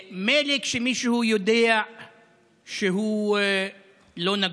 מילא כשמישהו לא יודע שהוא נגוע,